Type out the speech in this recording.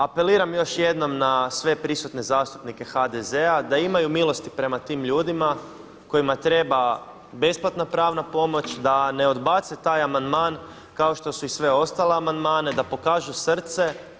Apeliram još jednom na sveprisutne zastupnike HDZ-a da imaju milosti prema tim ljudima kojima treba besplatna pravna pomoć, da ne odbace taj amandman kao što su i sve ostale amandmane, da pokažu srce.